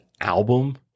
album